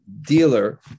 dealer